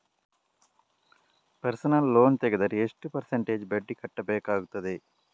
Personal loan ತೆಗೆದರೆ ಎಷ್ಟು percentage ಬಡ್ಡಿ ಕಟ್ಟಬೇಕಾಗುತ್ತದೆ?